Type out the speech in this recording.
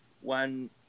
one